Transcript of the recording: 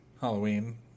Halloween